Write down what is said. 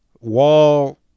Wall